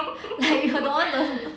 you don't want to